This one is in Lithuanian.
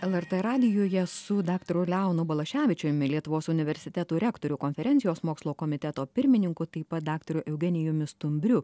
lrt radijuje su daktaru leonu balaševičiumi lietuvos universitetų rektorių konferencijos mokslo komiteto pirmininku taip pat daktaru eugenijumi stumbriu